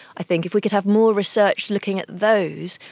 i think if we could have more research looking at those,